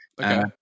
Okay